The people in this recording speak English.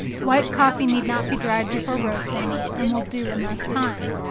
white coffee need not be dried before roasting, and will do in less time.